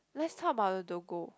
let's talk about the Doggo